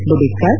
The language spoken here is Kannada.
debit card